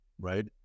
right